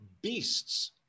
Beasts